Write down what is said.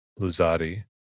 Luzzati